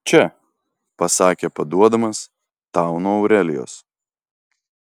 čia pasakė paduodamas tau nuo aurelijos